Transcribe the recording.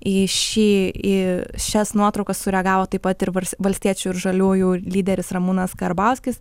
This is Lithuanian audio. į šį į šias nuotraukas sureagavo taip pat ir val valstiečių ir žaliųjų lyderis ramūnas karbauskis